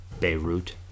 Beirut